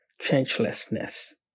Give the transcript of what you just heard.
changelessness